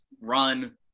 run